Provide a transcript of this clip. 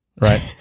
Right